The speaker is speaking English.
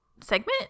segment